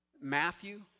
Matthew